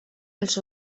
els